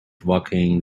walking